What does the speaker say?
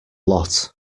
lot